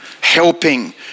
helping